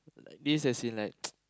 this as in like